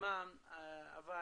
אבל